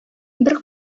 бер